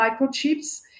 microchips